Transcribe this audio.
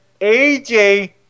AJ